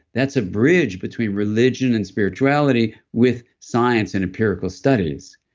that's a bridge between religion and spirituality with science and empirical studies.